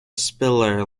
spiller